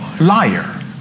liar